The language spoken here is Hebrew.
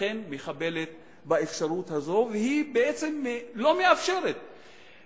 אכן מחבלת באפשרות הזאת ובעצם לא מאפשרת זאת.